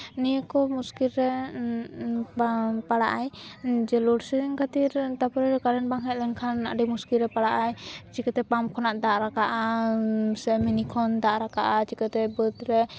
ᱱᱤᱭᱟᱹ ᱠᱚ ᱢᱩᱥᱠᱤᱞ ᱨᱮ ᱵᱟᱝ ᱯᱟᱲᱟᱜᱼᱟᱭ ᱞᱳᱰ ᱥᱤᱰᱤᱝ ᱠᱷᱟᱹᱛᱤᱨ ᱛᱟᱨᱯᱚᱨᱮ ᱠᱟᱨᱮᱱᱴ ᱵᱟᱝ ᱦᱮᱡ ᱞᱮᱱᱠᱷᱟᱱ ᱟᱹᱰᱤ ᱢᱩᱥᱠᱤᱞ ᱨᱮ ᱯᱟᱲᱟᱜ ᱟᱭ ᱪᱤᱠᱟᱹᱛᱮ ᱯᱟᱢᱯ ᱠᱷᱚᱱᱟᱜ ᱫᱟᱜ ᱨᱟᱠᱟᱵᱽᱼᱟ ᱥᱮ ᱢᱤᱱᱤ ᱠᱷᱚᱱ ᱫᱟᱜ ᱨᱟᱠᱟᱵᱽᱼᱟ ᱪᱤᱠᱟᱹᱛᱮ ᱵᱟᱹᱫᱽᱨᱮ